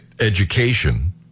education